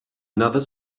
another